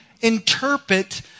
interpret